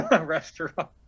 restaurant